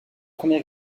première